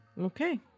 Okay